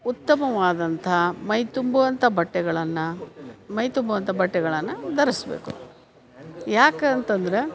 ಉತ್ತಮವಾದಂತಹ ಮೈ ತುಂಬುವಂಥ ಬಟ್ಟೆಗಳನ್ನು ಮೈ ತುಂಬುವಂಥ ಬಟ್ಟೆಗಳನ್ನು ಧರಿಸಬೇಕು ಯಾಕೆ ಅಂತ ಅಂದ್ರೆ